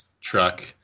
truck